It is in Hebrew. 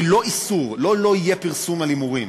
נותן ליחידת מתנחלים עבריינים,